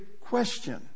question